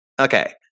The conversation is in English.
Okay